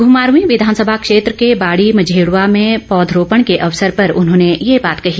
घुमारवीं विधानसभा क्षेत्र के बाड़ी मझेडवां में पौधरोपण के अवसर पर उन्होंने ये बात कहीं